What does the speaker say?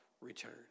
return